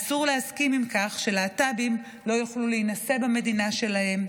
אסור להסכים לכך שלהט"בים לא יוכלו להינשא במדינה שלהם,